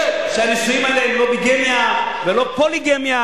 שהנישואין האלה הם לא ביגמיה ולא פוליגמיה,